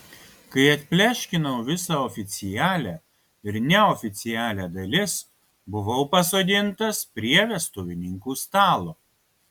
kai atpleškinau visą oficialią ir neoficialią dalis buvau pasodintas prie vestuvininkų stalo